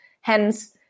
Hence